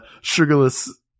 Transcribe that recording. sugarless